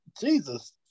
Jesus